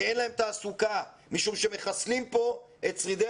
כי אין להם תעסוקה משום שמחסלים פה את שרידי